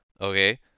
Okay